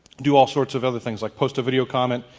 do all sorts of other things like post a video comment.